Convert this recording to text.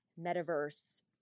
metaverse